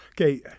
Okay